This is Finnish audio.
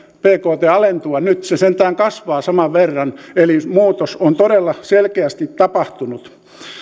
bkt alentua nyt se sentään kasvaa saman verran eli muutos on todella selkeästi tapahtunut